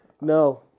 no